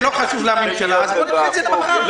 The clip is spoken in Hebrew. לא ראוי.